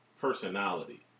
personality